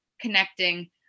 connecting